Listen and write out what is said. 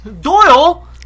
Doyle